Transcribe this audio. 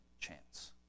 chance